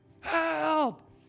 help